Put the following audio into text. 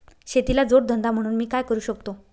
शेतीला जोड धंदा म्हणून मी काय करु शकतो?